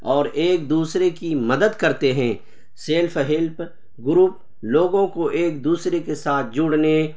اور ایک دوسرے کی مدد کرتے ہیں سیلف ہیلپ گروپ لوگوں کو ایک دوسرے کے ساتھ جڑنے